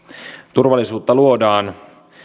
turvallisuutta luodaan